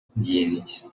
девять